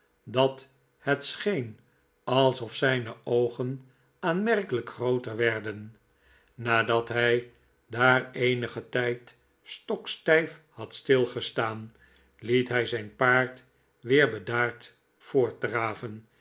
dat het scheen alsof zijne oogen aanmerkelijk grooter werden nadat hij daar eenigen tijd stokstijf had stilgestaan liet hij zijn paard weer bedaard voortdraven